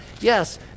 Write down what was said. Yes